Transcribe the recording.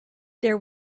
there